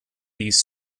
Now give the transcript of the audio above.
these